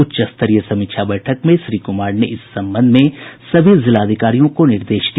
उच्च स्तरीय समीक्षा बैठक में श्री कुमार ने इस संबंध में सभी जिलाधिकारियों को निर्देश दिया